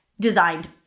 designed